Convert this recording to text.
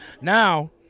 Now